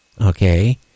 Okay